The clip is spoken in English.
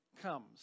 comes